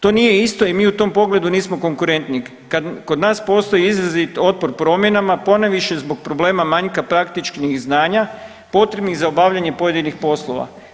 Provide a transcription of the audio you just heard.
To nije isto i mi u tom pogledu nismo konkurentni kad kod nas postoji izrazit otpor promjenama, ponajviše zbog problema manjka praktičnih znanja potrebnih za obavljanje pojedinih poslova.